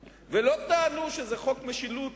ולא עזבו את ספסלי הכנסת ולא טענו שזה חוק משילות